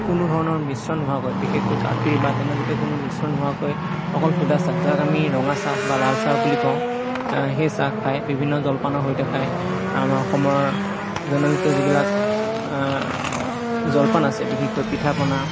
কোনো ধৰণৰ মিশ্ৰণ নোহোৱাকৈ বিশেষকৈ গাখীৰ বা তেনেজাতীয় কোনো ধৰণৰ মিশ্ৰণ নোহোৱাকৈ অকল সুদা চাহ যাক আমি ৰঙা চাহ বা লাল চাহ বুলি কওঁ সেই চাহ খায় বিভিন্ন জলপানৰ সৈতে খায় আমাৰ অসমৰ জনজাতীয় যিবিলাক জলপান আছে বিশেষকৈ পিঠা পনা